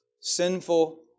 sinful